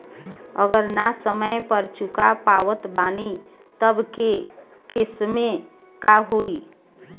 अगर ना समय पर चुका पावत बानी तब के केसमे का होई?